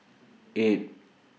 eight